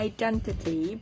Identity